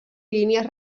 línies